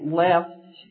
left